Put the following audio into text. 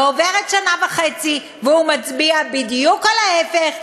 לא עוברת שנה וחצי והוא מצביע בדיוק על ההפך,